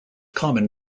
common